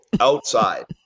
outside